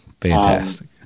Fantastic